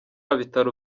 bitaro